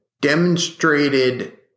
demonstrated